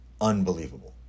unbelievable